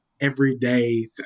everyday